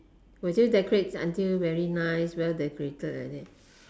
will you decorate until very nice well decorated like that